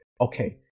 okay